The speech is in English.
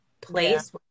place